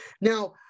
Now